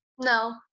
No